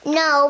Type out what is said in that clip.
no